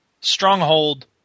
Stronghold